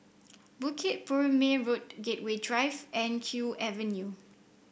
Bukit Purmei Road Gateway Drive and Kew Avenue